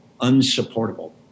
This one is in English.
unsupportable